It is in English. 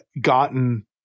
gotten